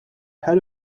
head